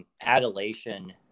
Adulation